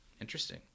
Interesting